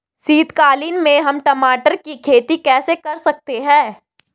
शीतकालीन में हम टमाटर की खेती कैसे कर सकते हैं?